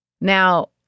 Now